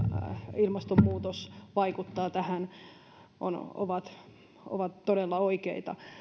ilmastonmuutos vaikuttaa tähän ovat todella oikeita